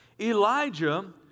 Elijah